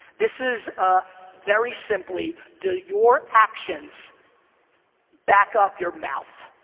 this is very simply, do your actions back up your mouth?